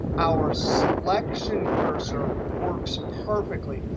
our selection cursor works perfectly.